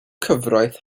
cyfraith